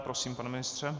Prosím, pane ministře.